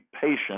patient